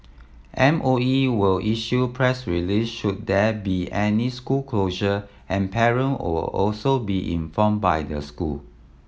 M O E will issue press release should there be any school closure and parent will also be informed by the school